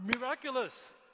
miraculous